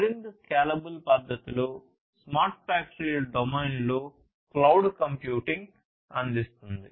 మరింత స్కేలబుల్ పద్ధతిలో స్మార్ట్ ఫ్యాక్టరీల డొమైన్లో క్లౌడ్ కంప్యూటింగ్ అందిస్తుంది